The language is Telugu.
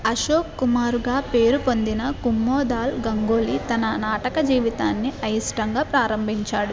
అశోక్ కుమారుగా పేరు పొందిన కుముద్లాల్ గంగూలి తన నాటక జీవితాన్ని అయిష్టంగా ప్రారంభించాడు